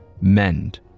MEND